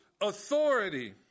authority